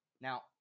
Now